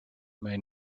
may